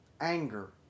anger